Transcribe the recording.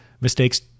Mistakes